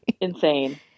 insane